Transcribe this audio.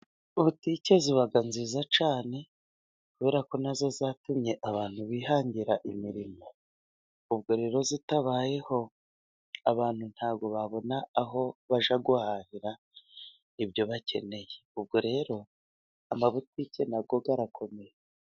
Botike ziba nziza cyane kubera ko nazo zatumye abantu bihangira imirimo, ubwo rero zitabayeho abantu ntabwo babona aho bajya guhahira ibyo bakeneye. Ubwo rero amabutike nayo arakomeye.